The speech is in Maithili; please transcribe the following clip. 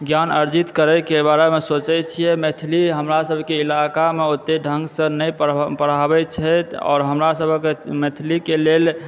ज्ञान अर्जित करै के बारे मे सोचै छियै मैथिली हमरासभके इलाका मे ओते ढङ्गसँ नहि पढ़ पढ़ाबैत छथि आओर हमरासभक मैथिलीके लेल